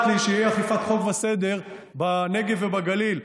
לי שתהיה אכיפת חוק וסדר בנגב ובגליל,